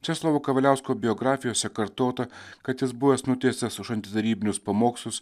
česlovo kavaliausko biografijose kartota kad jis buvęs nuteistas už antitarybinius pamokslus